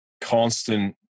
Constant